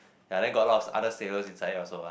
ya then got a lot of other sailors inside it also lah